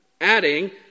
adding